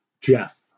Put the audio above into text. Jeff